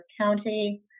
County